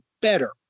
better